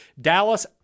Dallas